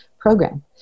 program